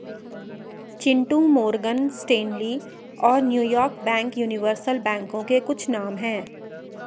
Chintu Morgan Stanley और New York bank universal बैंकों के कुछ नाम है